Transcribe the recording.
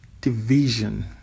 division